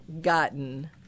gotten